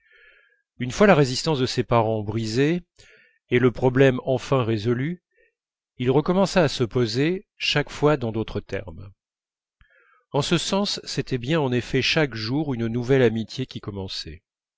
une fois la résistance de ses parents brisée et le problème enfin résolu il recommença à se poser chaque fois dans d'autres termes en ce sens c'était bien en effet chaque jour une nouvelle amitié qui commençait